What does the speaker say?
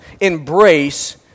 embrace